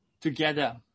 together